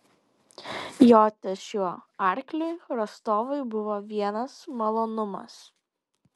joti šiuo arkliu rostovui buvo vienas malonumas